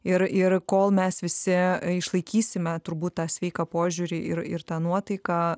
ir ir kol mes visi išlaikysime turbūt tą sveiką požiūrį ir ir tą nuotaiką